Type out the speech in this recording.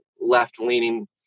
left-leaning